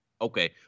Okay